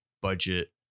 budget